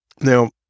Now